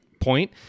point